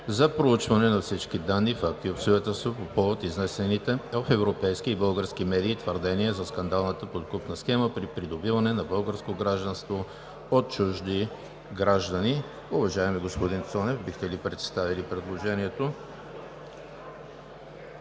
за проучване на всички данни, факти и обстоятелства по повод изнесените в европейски и български медии твърдения за скандалната подкупна схема при придобиване на българско гражданство от чужди граждани с три месеца.“ Моля, режим на гласуване.